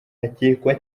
hakekwa